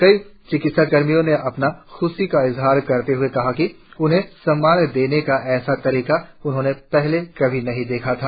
कई चिकित्साकर्मियों ने अपनी ख्शी का इजहार करते हुए कहा कि उन्हे सम्मान देने का ऐसा तरीका उन्होंने पहले कभी नही देखा था